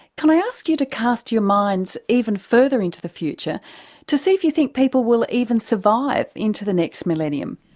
can i ask you to cast your minds even further into the future to see if you think people will even survive into the next millennium?